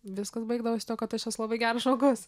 viskas baigdavosi tuo kad aš esu labai geras žmogus